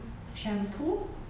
shampoo